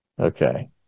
Okay